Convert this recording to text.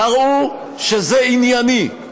תַראו שזה ענייני,